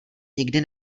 nikdy